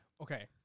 Okay